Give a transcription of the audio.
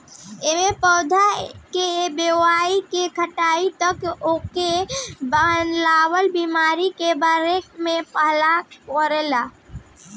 एमे पौधा के बोआई से कटाई तक होखे वाला बीमारी के बारे में पता लागेला